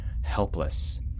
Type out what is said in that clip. helpless